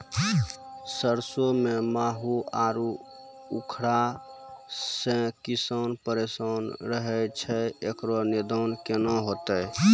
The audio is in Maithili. सरसों मे माहू आरु उखरा से किसान परेशान रहैय छैय, इकरो निदान केना होते?